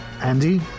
Andy